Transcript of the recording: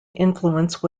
influence